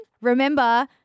remember